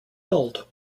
held